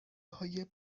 های